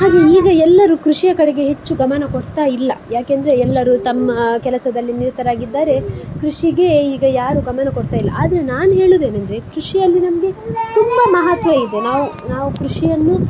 ಆದರೆ ಈಗ ಎಲ್ಲರೂ ಕೃಷಿಯ ಕಡೆಗೆ ಹೆಚ್ಚು ಗಮನ ಕೊಡ್ತಾ ಇಲ್ಲ ಯಾಕಂದ್ರೆ ಎಲ್ಲರೂ ತಮ್ಮ ಕೆಲಸದಲ್ಲಿ ನಿರತರಾಗಿದ್ದಾರೆ ಕೃಷಿಗೆ ಈಗ ಯಾರೂ ಗಮನ ಕೊಡ್ತಾ ಇಲ್ಲ ಆದರೆ ನಾನು ಹೇಳೋದ್ ಏನಂದರೆ ಕೃಷಿಯಲ್ಲಿ ನಮಗೆ ತುಂಬ ಮಹತ್ವ ಇದೆ ನಾವು ನಾವು ಕೃಷಿಯನ್ನು